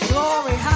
Glory